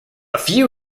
few